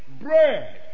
bread